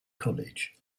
college